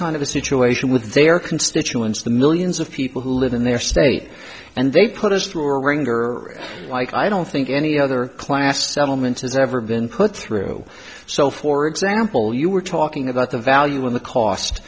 kind of a situation with their constituents the millions of people who live in there state and they put us through a wringer like i don't think any other class settlement has ever been put through so for example you were talking about the value in the cost